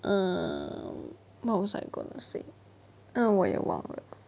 um what was I gonna say 我也忘了